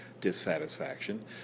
dissatisfaction